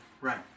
Right